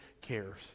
cares